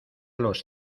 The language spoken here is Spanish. los